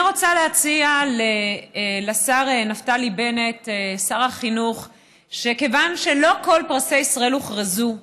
אני רוצה להציע לשר החינוך נפתלי בנט שכיוון שלא כל פרסי ישראל הוכרזו,